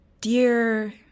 Dear